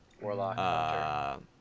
Warlock